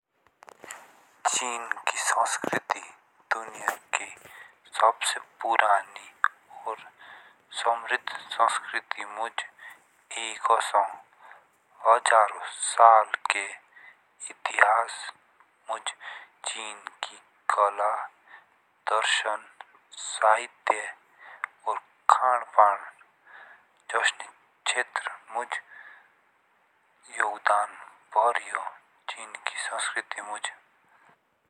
चीन की संस्कृति दुनिया की सबसे पुरानी और समृद्ध संस्कृति मुझ एक औसो हज़ार साल के इतिहास मुझ चीन की कला दर्शन साहित्य और खानपान जोशनी क्षेत्र मुझ योगदान भोरी हो।